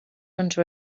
under